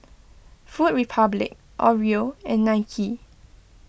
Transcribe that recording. Food Republic Oreo and Nike